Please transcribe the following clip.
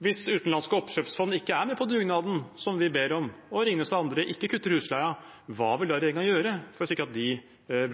Hvis utenlandske oppkjøpsfond ikke er med på dugnaden, som vi ber om, og Ringnes og andre ikke kutter i husleien: Hva vil regjeringen da gjøre for å sikre at de